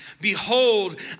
Behold